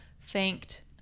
thanked